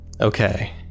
Okay